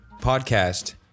podcast